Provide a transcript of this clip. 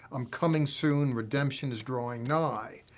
i'm coming soon. redemption is drawing nigh.